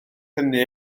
hynny